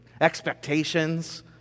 Expectations